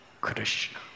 Krishna